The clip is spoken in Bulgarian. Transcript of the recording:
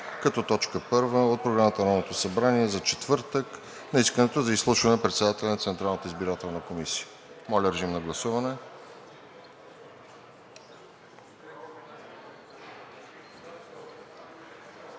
като точка първа от Програмата на Народното събрание за четвъртък на искането за изслушване на председателя на Централната избирателна комисия. Гласували